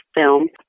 Film